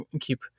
keep